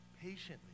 Patiently